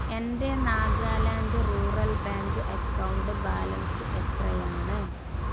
എന്റെ Nagaland rural bank account balance എത്രയാണ്